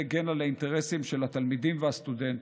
הגן על האינטרסים של התלמידים והסטודנטים,